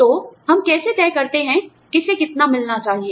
तो हम कैसे तय करते हैं किसे कितना मिलना चाहिए